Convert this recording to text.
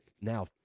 now